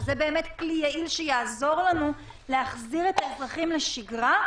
שזה באמת כלי יעיל שיעזור לנו להחזיר את האזרחים לשגרה,